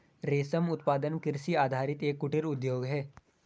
रेशम उत्पादन कृषि आधारित एक कुटीर उद्योग है